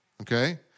Okay